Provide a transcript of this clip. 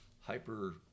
hyper